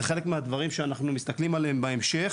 זה חלק מהדברים שאנחנו מסתכלים עליהם בהמשך